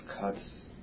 cuts